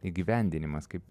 įgyvendinimas kaip